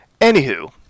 Anywho